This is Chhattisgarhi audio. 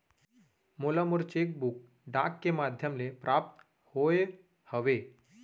मोला मोर चेक बुक डाक के मध्याम ले प्राप्त होय हवे